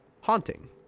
haunting